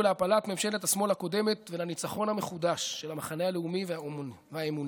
להפלת ממשלת השמאל הקודמת ולניצחון המחודש של המחנה הלאומי והאמוני.